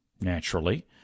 naturally